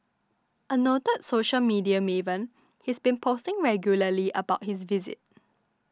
a noted social media maven he's been posting regularly about his visit